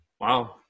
Wow